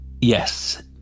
Yes